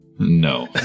No